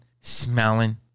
smelling